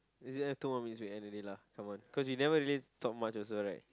is it left two more minutes we end already lah come on cause you never really talk much also right